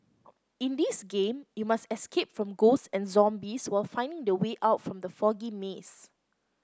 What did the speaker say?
in this game you must escape from ghosts and zombies while finding the way out from the foggy maze